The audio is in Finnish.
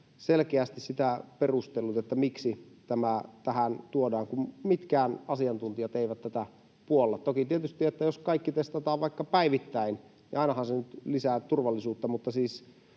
selkeästi perustellut, miksi tämä tähän tuodaan, kun mitkään asiantuntijat eivät tätä puolla. Toki tietysti, jos kaikki testataan vaikka päivittäin, ainahan se lisää turvallisuutta, mutta siis